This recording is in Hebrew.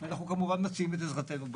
ואנחנו כמובן מציעים את עזרתנו בעניין.